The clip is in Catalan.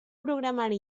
programari